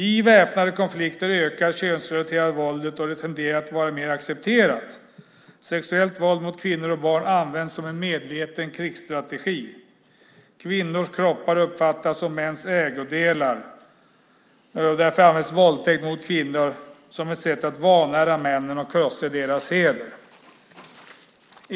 I väpnade konflikter ökar det könsrelaterade våldet, och det tenderar att vara mer accepterat. Sexuellt våld mot kvinnor och barn används som en medveten krigsstrategi. Kvinnors kroppar uppfattas som mäns ägodelar. Därför används våldtäkt mot kvinnor som ett sätt att vanära männen och krossa deras heder.